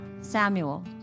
Samuel